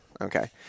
Okay